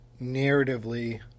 narratively